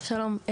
שלום,